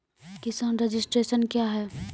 किसान रजिस्ट्रेशन क्या हैं?